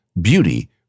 beauty